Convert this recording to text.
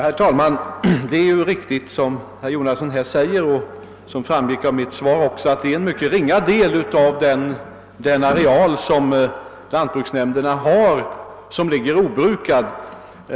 Herr talman! Det är riktigt som herr Jonasson säger och vilket även framgick av mitt svar, att det är en mycket ringa del av den åkerareal lantbruksnämnderna disponerar över som ligger obrukad.